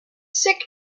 sick